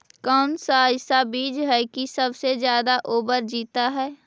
कौन सा ऐसा बीज है की सबसे ज्यादा ओवर जीता है?